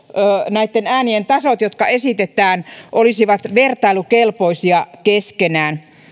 näitten äänien tasot jotka esitetään olisivat vertailukelpoisia keskenään